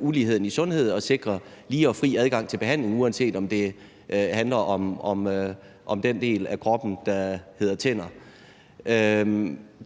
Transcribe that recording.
uligheden i sundhed og sikre lige og fri adgang til behandling, uanset at det handler om den del af kroppen, der hedder tænder.